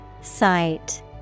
Sight